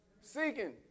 seeking